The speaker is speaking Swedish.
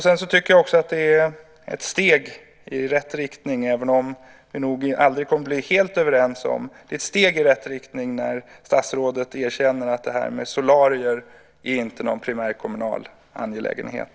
Sedan tycker jag också att det är ett steg i rätt riktning, även om vi nog aldrig kommer att bli helt överens, när statsrådet erkänner att det här med solarier inte primärt är någon kommunal angelägenhet.